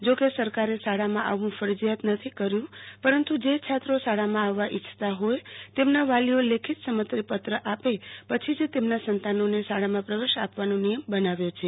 જો કે સરકારે શાળામાં આવવુ ફરજીતા નથી કર્યુ પરંતુ જે છાત્રો શાળામાં આવવા ઈચ્છતા હોય તેમના વાલીઓ લેખીત સંમતિપત્ર આપે પછી જ તેમના સંતાનોને શાળામાં પ્રવેશ આપવાનો નિયમ બનાવ્યો છે